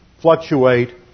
fluctuate